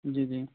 جی جی